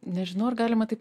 nežinau ar galima taip